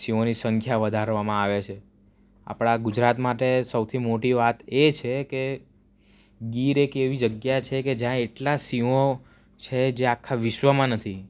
સિંહોની સંખ્યા વધારવામાં આવે છે આપણા ગુજરાત માટે સૌથી મોટી વાત એ છે કે ગીર એક એવી જગ્યા છે જ્યાં એટલા સિંહો છે જે આખા વિશ્વમાં નથી